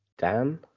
dan